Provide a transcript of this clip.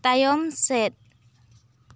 ᱛᱟᱭᱚᱢ ᱥᱮᱫ